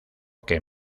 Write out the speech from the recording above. que